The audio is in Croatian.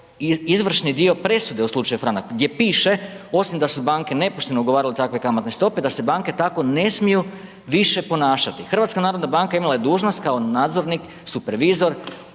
izvršni dio presude u slučaju Franak gdje piše osim da su banke nepošteno ugovarale takve kamatne stope, da se banke tako ne smiju više ponašati. HNB imala je dužnost kao nadzornik, supervizor